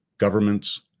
governments